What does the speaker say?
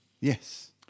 yes